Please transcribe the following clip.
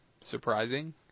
surprising